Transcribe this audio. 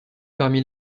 parmi